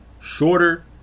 shorter